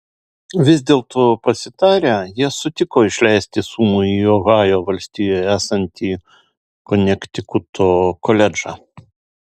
vis dėlto pasitarę jie sutiko išleisti sūnų į ohajo valstijoje esantį konektikuto koledžą